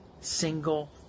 single